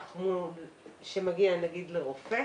לאזרח שמגיע לרופא